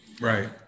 right